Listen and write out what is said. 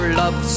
love